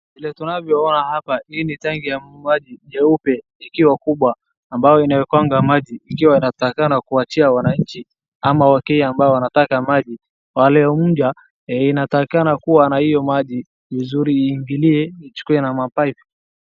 Vile tunavyoona hapa hii ni tangi ya maji nyeupe ikiwa kubwa ambayo inawekwanga maji, ikiwa inatakikana kuachia wananchi ama wakenya ambayo wanataka maji. Wale moja inatakikana kuwa na hiyo maji vizuri iingilie na ichukue na mapipe .